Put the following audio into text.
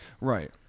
Right